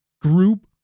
group